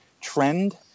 trend